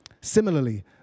Similarly